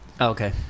Okay